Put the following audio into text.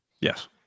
Yes